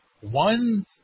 One